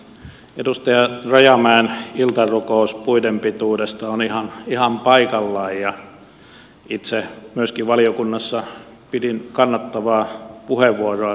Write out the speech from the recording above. edustaja rajamäen iltarukous puiden pituudesta on ihan paikallaan ja itse myöskin valiokunnassa pidin kannattavaa puheenvuoroa siitä